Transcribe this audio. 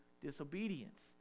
disobedience